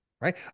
Right